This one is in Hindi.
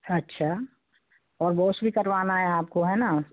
अच्छा और वॉश भी करवाना है आपको है ना